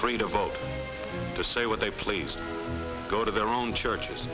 freedom both to say what they please go to their own churches